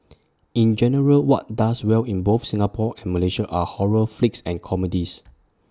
in general what does well in both Singapore and Malaysia are horror flicks and comedies